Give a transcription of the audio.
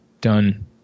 done